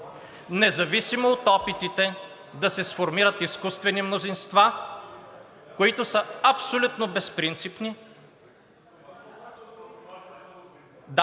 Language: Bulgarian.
независимо от опитите да се сформират изкуствени мнозинства, които са абсолютно безпринципни.